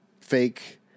fake